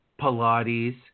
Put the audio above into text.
Pilates